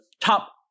top